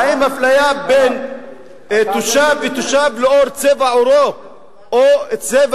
האם אפליה בין תושב לתושב לאור צבע עורו או צבע